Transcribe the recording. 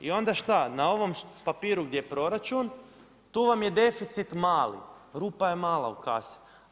I onda šta, na ovom papiru gdje je proračun tu vam je deficit mali, rupa je mala u kasi.